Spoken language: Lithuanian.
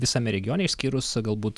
visame regione išskyrus galbūt